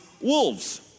wolves